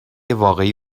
واقعی